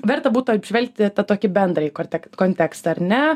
verta būtų apžvelgti tą tokį bendrąjį korte kontekstą ar ne